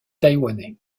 taïwanais